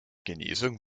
genesung